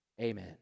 Amen